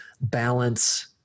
balance